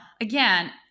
again